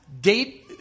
date